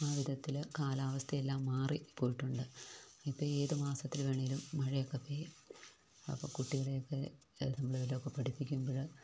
ആ വിധത്തിൽ കാലാവസ്ഥയെല്ലാം മാറിപ്പോയിട്ടുണ്ട് ഇപ്പം ഏത് മാസത്തിൽ വേണമെങ്കിലും മഴയൊക്കപ്പെയ്യും അപ്പോൾ കുട്ടികളെയൊക്കെ പഠിപ്പിക്കുമ്പോഴ്